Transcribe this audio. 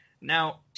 Now